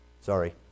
Sorry